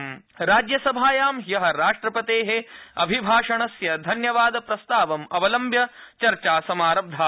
राज्यसभा राज्यसभायाम् ह्य राष्ट्रपते अभिभाषणस्य धन्यवाद प्रस्तावम् अवलम्ब्य चर्चा समारब्धा